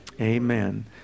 Amen